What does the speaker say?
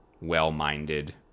well-minded